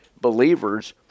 believers